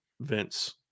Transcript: Vince